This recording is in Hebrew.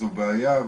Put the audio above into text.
זו בעיה.